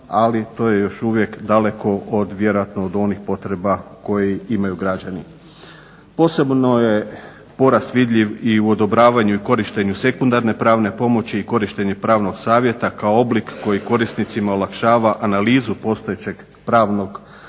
ali to je još uvijek daleko od vjerojatno od onih potreba koje imaju građani. Posebno je porast vidljiv u odobravanju i korištenju sekundarne pravne pomoći i korištenje pravnog savjeta kao oblik koji korisnicima olakšava analizu postojećeg pravnog problema